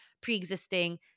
pre-existing